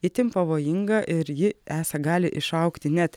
itin pavojinga ir ji esą gali išaugti net